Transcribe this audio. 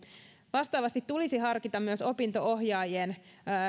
vastaavasti tulisi harkita myös opinto ohjaajien